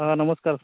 हां नमस्कार